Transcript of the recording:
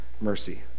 mercy